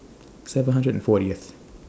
seven hundred and fortieth